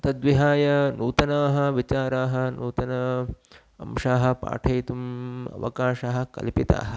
तद्विहाय नूतनाः विचाराः नूतन अंशान् पाठयितुम् अवकाशाः कल्पिताः